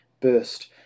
burst